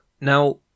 now